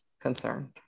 concerned